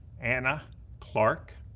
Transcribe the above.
anna clarke,